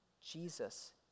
Jesus